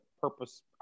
purpose